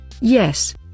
Yes